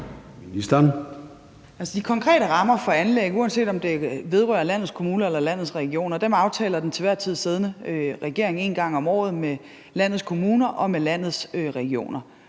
de konkrete rammer for anlæg, uanset om det vedrører landets kommuner eller landets regioner, aftaler den til enhver tid siddende regering en gang om året med landets kommuner og med landets regioner.